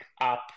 up